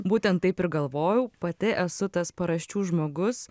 būtent taip ir galvojau pati esu tas paraščių žmogus